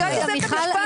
אני רק אסיים את המשפט.